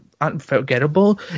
unforgettable